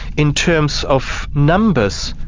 in terms of numbers,